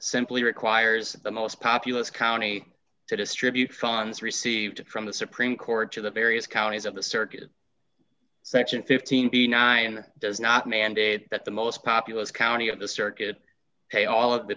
simply requires the most populous county to distribute funds received from the supreme court to the various counties of the circuit section fifteen b nine does not mandate that the most populous county of the circuit pay all of the